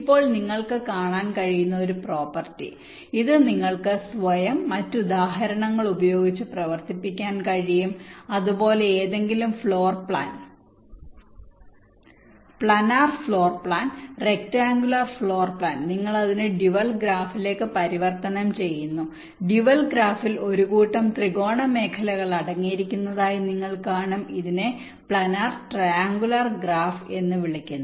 ഇപ്പോൾ നിങ്ങൾക്ക് കാണാൻ കഴിയുന്ന ഒരു പ്രോപ്പർട്ടി ഇത് നിങ്ങൾക്ക് സ്വയം മറ്റ് ഉദാഹരണങ്ങൾ ഉപയോഗിച്ച് പ്രവർത്തിക്കാൻ കഴിയും അതുപോലെ ഏതെങ്കിലും planar floor plan rectangular floor plan നിങ്ങൾ അതിനെ ഡ്യുവൽ ഗ്രാഫിലേക്ക് പരിവർത്തനം ചെയ്യുന്നു ഡ്യുവൽ ഗ്രാഫിൽ ഒരു കൂട്ടം ത്രികോണ മേഖലകൾ അടങ്ങിയിരിക്കുന്നതായി നിങ്ങൾ കാണും ഇതിനെ പ്ലാനർ ട്രൈഅംഗുലർ ഗ്രാഫ് എന്ന് വിളിക്കുന്നു